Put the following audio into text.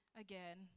again